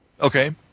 Okay